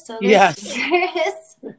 Yes